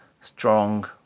strong